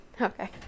Okay